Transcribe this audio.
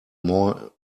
more